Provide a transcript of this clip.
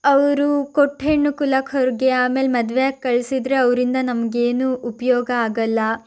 ಅವರು ಕೊಟ್ಟ ಹೆಣ್ಣು ಕುಲಕ್ಕೆ ಹೊರಗೆ ಆಮೇಲೆ ಮದುವೆ ಆಗಿ ಕಳಿಸಿದರೆ ಅವರಿಂದ ನಮಗೇನೂ ಉಪಯೋಗ ಆಗಲ್ಲ